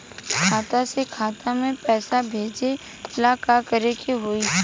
खाता से खाता मे पैसा भेजे ला का करे के होई?